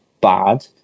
bad